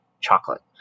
chocolate